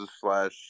slash